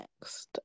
next